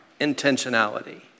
intentionality